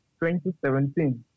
2017